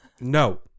No